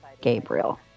Gabriel